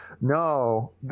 No